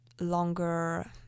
longer